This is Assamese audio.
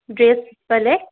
ড্ৰেছ বেলেগ